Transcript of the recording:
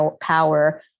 power